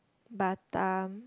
batam